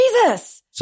Jesus